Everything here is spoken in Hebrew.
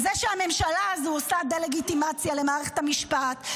על זה שהממשלה הזו עושה דה-לגיטימציה למערכת המשפט,